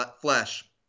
flesh